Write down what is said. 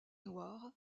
noir